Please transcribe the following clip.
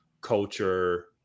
culture